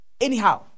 anyhow